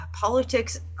politics